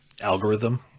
algorithm